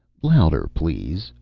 louder, please,